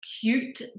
cute